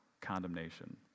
condemnation